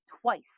twice